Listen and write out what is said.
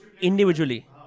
individually